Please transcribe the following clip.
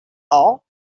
all